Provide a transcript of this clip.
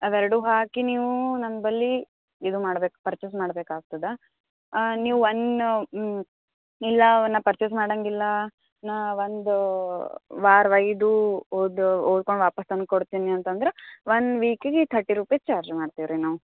ಅವು ಎರಡು ಹಾಕಿ ನೀವೂ ನಂಬಳಿ ಇದು ಮಾಡ್ಬೇಕು ಪರ್ಚೆಸ್ ಮಾಡ್ಬೇಕು ಆಗ್ತದೆ ನೀವು ಒನ್ ಇಲ್ಲ ನಾನು ಪರ್ಚೇಸ್ ಮಾಡಾಗಿಲ್ಲ ನಾನು ಒಂದು ವಾರ ಒಯ್ದು ಓದಿ ಓದ್ಕೊಂಡು ವಾಪಸ್ಸು ತಂದು ಕೊಡ್ತೀನಿ ಅಂತಂದ್ರೆ ವನ್ ವೀಕಿಗೆ ತರ್ಟಿ ರೂಪಿಸ್ ಚಾರ್ಜ್ ಮಾಡ್ತೀವಿ ರೀ ನಾವು